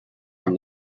from